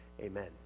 Amen